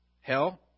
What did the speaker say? Hell